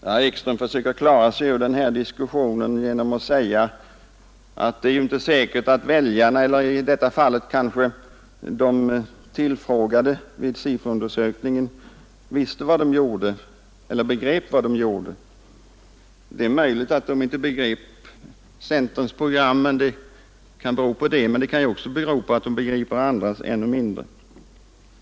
Herr talman! Herr Ekström försökte klara sig ur den här diskussionen genom att säga att det inte är säkert att väljarna, eller i detta fall de tillfrågade vid SIFO-undersökningen, begrep vad de talade om. Den nedvärderingen får naturligtvis stå för herr Ekströms egen räkning. Det är möjligt att de inte begrep centerns program, men det kan också vara så att de begriper de andra partiernas program ännu mindre.